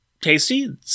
tasty